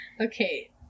Okay